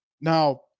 Now